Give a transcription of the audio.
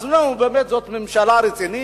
אז באמת, זאת באמת ממשלה רצינית?